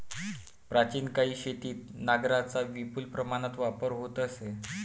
प्राचीन काळी शेतीत नांगरांचा विपुल प्रमाणात वापर होत असे